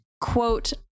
quote